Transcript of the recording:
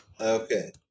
Okay